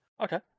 Okay